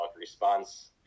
response